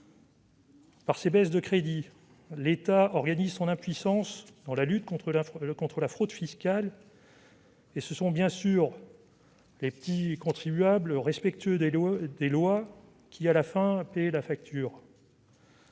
Avec ces baisses de crédits, l'État organise son impuissance dans la lutte contre la fraude fiscale, et ce sont bien sûr les petits contribuables, respectueux des lois, qui paient la facture